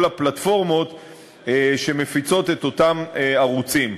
הפלטפורמות שמפיצות את אותם ערוצים.